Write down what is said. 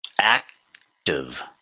active